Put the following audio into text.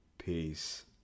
Peace